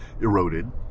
eroded